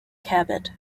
cabot